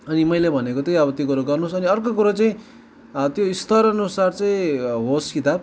अनि मैले भनेको तै अब त्यो कुरा अब गर्नुहोस् अनि अर्को कुरा चाहिँ त्यो स्तर अनुसार चाहिँ होस् किताब